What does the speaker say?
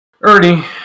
Ernie